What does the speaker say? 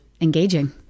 engaging